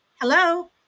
hello